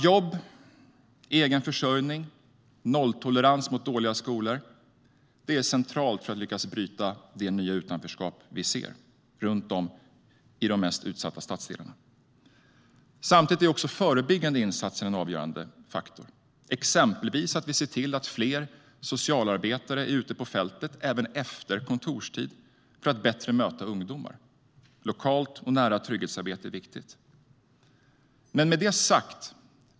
Jobb, egen försörjning och nolltolerans mot dåliga skolor är centralt för att man ska lyckas bryta det nya utanförskap som vi ser i de mest utsatta stadsdelarna. Samtidigt är förebyggande insatser en avgörande faktor, exempelvis att vi ser till att fler socialarbetare är ute på fältet även efter kontorstid, så att man bättre möter ungdomar. Lokalt och nära trygghetsarbete är viktigt.